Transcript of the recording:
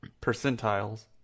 percentiles